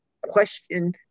question